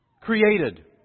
created